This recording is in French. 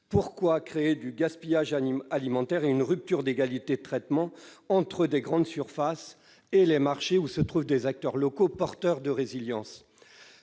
Pourquoi créer du gaspillage alimentaire ainsi qu'une rupture d'égalité de traitement entre les grandes surfaces et les marchés, où se trouvent des acteurs locaux porteurs de résilience ?